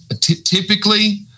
typically